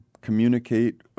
communicate